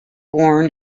born